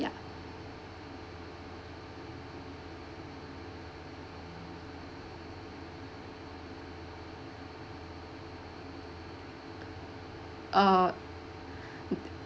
uh